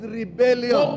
rebellion